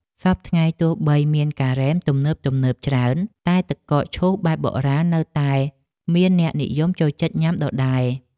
សព្វថ្ងៃទោះបីមានការ៉េមទំនើបៗច្រើនតែទឹកកកឈូសបែបបុរាណនៅតែមានអ្នកនិយមចូលចិត្តញ៉ាំដដែល។